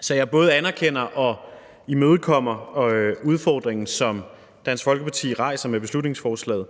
Så jeg både anerkender og imødekommer udfordringen, som Dansk Folkeparti rejser med beslutningsforslaget,